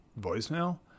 voicemail